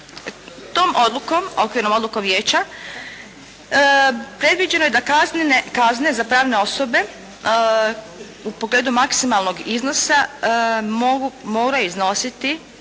Tom odlukom, okvirnom odlukom vijeća, predviđeno je da kazne za pravne osobe u pogledu maksimalnog iznosa mogu, moraju iznositi